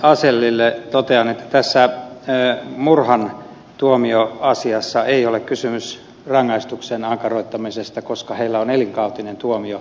asellille totean että murhan tuomioasiassa ei ole kysymys rangaistuksen ankaroittamisesta koska heillä on elinkautinen tuomio